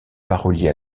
parolier